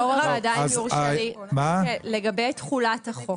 יו"ר הוועדה, אם יורשה לי לגבי תחולת החוק.